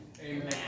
Amen